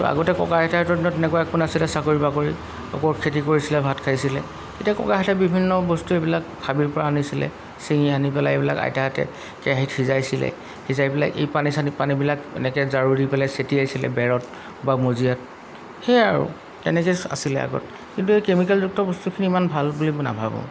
তো আগতে ককা আইতাহঁতৰ দিনত তেনেকুৱা একো নাছিলে চাকৰি বাকৰি অকল খেতি কৰিছিলে ভাত খাইছিলে এতিয়া ককাহঁতে বিভিন্ন বস্তু এইবিলাক হাবিৰপৰা আনিছিলে ছিঙি আনি পেলাই এইবিলাক আইতাহঁতে কেৰাহীত সিজাইছিলে সিজাই পেলাই এই পানী চানি পানীবিলাক এনেকৈ ঝাৰু দি পেলাই ছটিয়াইছিলে বেৰত বা মজিয়াত সেয়াই আৰু তেনেকৈয়ে আছিলে আগত কিন্তু এই কেমিকেলযুক্ত বস্তুখিনি ইমান ভাল বুলি মই নাভাবোঁ